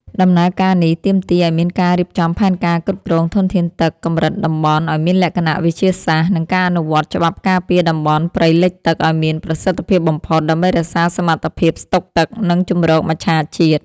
ដំណើរការនេះទាមទារឱ្យមានការរៀបចំផែនការគ្រប់គ្រងធនធានទឹកកម្រិតតំបន់ឱ្យមានលក្ខណៈវិទ្យាសាស្ត្រ និងការអនុវត្តច្បាប់ការពារតំបន់ព្រៃលិចទឹកឱ្យមានប្រសិទ្ធភាពបំផុត ដើម្បីរក្សាសមត្ថភាពស្តុកទឹក និងជម្រកមច្ឆជាតិ។